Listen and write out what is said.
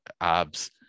abs